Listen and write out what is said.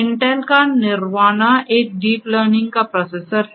Intel का Nervana एक deep learning का प्रोसेसर है